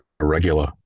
irregular